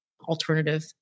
alternative